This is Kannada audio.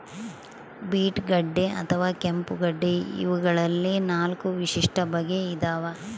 ಬೀಟ್ ಗಡ್ಡೆ ಅಥವಾ ಕೆಂಪುಗಡ್ಡೆ ಇವಗಳಲ್ಲಿ ನಾಲ್ಕು ವಿಶಿಷ್ಟ ಬಗೆ ಇದಾವ